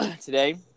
Today